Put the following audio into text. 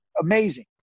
amazing